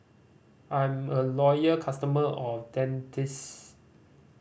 I'm a loyal customer of Dentiste